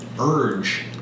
urge